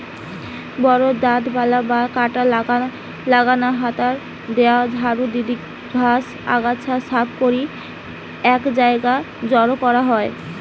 বড় দাঁতবালা বা কাঁটা লাগানা হাতল দিয়া ঝাড়ু দিকি ঘাস, আগাছা সাফ করিকি এক জায়গায় জড়ো করা হয়